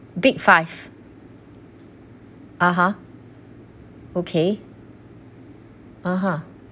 big five (uh huh) okay (uh huh)